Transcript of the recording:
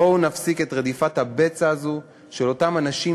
בואו נפסיק את רדיפת הבצע הזו של אותם אנשים,